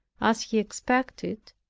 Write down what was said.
as he expected,